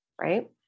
right